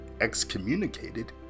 excommunicated